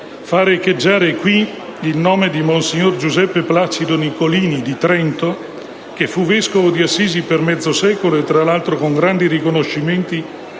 far echeggiare in questa sede il nome di monsignor Giuseppe Placido Nicolini, di Trento, che fu vescovo di Assisi per mezzo secolo, tra l'altro con grandi riconoscimenti,